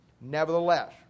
Nevertheless